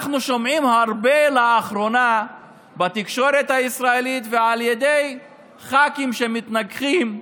אנחנו שומעים הרבה לאחרונה בתקשורת הישראלית ועל ידי ח"כים שמתנגחים,